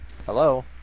Hello